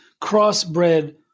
crossbred